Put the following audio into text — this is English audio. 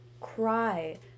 cry